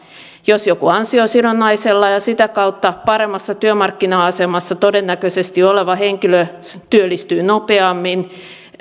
jos joku ansiosidonnaisella ja sitä kautta paremmassa työmarkkina asemassa todennäköisesti oleva henkilö työllistyy nopeammin